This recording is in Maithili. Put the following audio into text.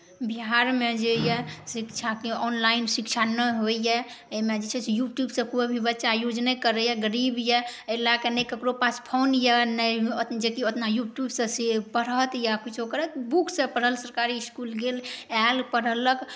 बिहारमे जे शिक्षाके ऑनलाइन शिक्षा नहि होइए एहिमे जे छै से यूट्यूबसँ बच्चा यूज नहि करैए गरीब अइ एहि लऽ कऽ नहि ककरो पास फोन अइ नहि ओतना यूट्यूबसँ पढ़त या किछु करत बुकसँ पढ़ल इसकुल गेल आएल पढ़लक